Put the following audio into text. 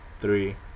three